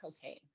cocaine